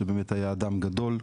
שבאמת היה אדם גדול,